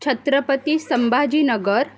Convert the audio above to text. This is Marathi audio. छत्रपती संभाजी नगर